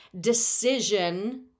decision